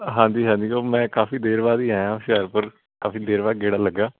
ਹਾਂਜੀ ਹਾਂਜੀ ਉਹ ਮੈਂ ਕਾਫੀ ਦੇਰ ਬਾਅਦ ਈ ਆਇਆਂ ਹੁਸ਼ਿਆਰਪੁਰ ਕਾਫੀ ਦੇਰ ਬਾਦ ਗੇੜਾ ਲੱਗਾ